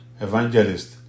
Evangelist